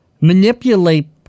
manipulate